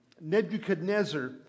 Nebuchadnezzar